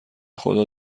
خدا